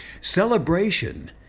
celebration